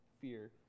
fear